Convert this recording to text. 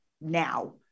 now